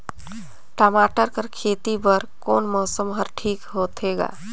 टमाटर कर खेती बर कोन मौसम हर ठीक होथे ग?